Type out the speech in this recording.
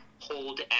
hold